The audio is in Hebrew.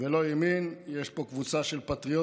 ולא ימין, יש פה קבוצה של פטריוטים,